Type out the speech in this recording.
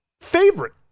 favorite